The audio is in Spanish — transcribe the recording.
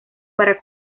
para